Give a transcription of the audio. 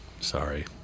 Sorry